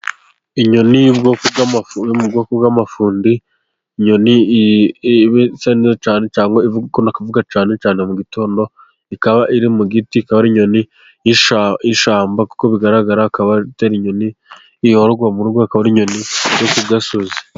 Inyoni yo mu bwoko bw'amafundi; inyoni isa neza cyane ivuga cyane cyane mu gitondo ikaba iri mu giti, ikaba ari inyoni y'ishyamba kuko bigaragara akaba Atari inyoni iba mu rugo akaba inyoni zo ku gasozi.